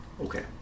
Okay